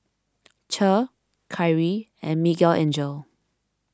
Che Kyrie and Miguelangel